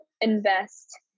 invest